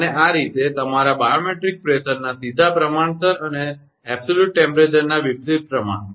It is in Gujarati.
અને આ રીતે તમારા બેરોમેટ્રિક પ્રેશરના સીધા પ્રમાણસર અને ચોક્કસ તાપમાનના વિપરીત પ્રમાણમાં